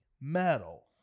metal